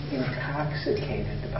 intoxicated